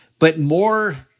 but more,